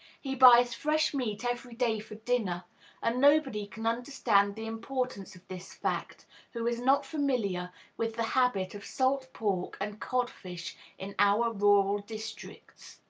he buys fresh meat every day for dinner and nobody can understand the importance of this fact who is not familiar with the habit of salt-pork and codfish in our rural districts.